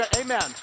Amen